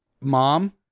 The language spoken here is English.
mom